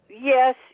yes